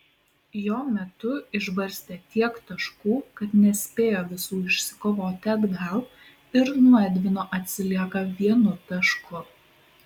jo metu išbarstė tiek taškų kad nespėjo visų išsikovoti atgal ir nuo edvino atsilieka vienu tašku